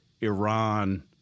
Iran